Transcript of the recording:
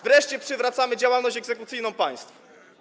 Wreszcie przywracamy działalność egzekucyjną państwu.